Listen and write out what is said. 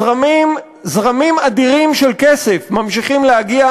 זרמים אדירים של כסף ממשיכים להגיע